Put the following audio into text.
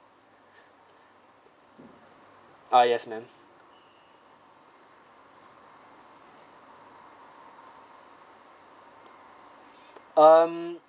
ah yes ma'am um